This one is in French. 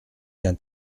qu’un